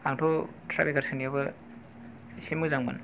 आंथ' टाइ ब्रेकार सोनायावबो एसे मोजांमोन